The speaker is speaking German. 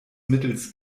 mittels